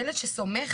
ילד שסומך